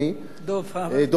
דב חנין.